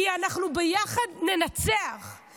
כי ננצח ביחד,